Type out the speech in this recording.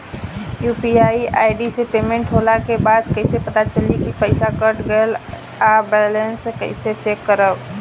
UPI ID से payment होला के बाद कइसे पता चली की पईसा कट गएल आ बैलेंस कइसे चेक करम?